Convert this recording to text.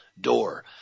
door